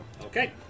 Okay